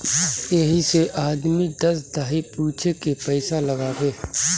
यही से आदमी दस दहाई पूछे के पइसा लगावे